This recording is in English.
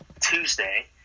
Tuesday